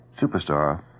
superstar